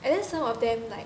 and then some of them like